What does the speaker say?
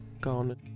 gone